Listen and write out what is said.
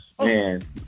man